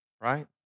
right